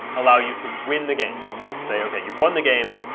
allow you to win the game. we'll just say, ok, you've won the game,